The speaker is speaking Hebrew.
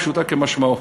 פשוטו כמשמעו.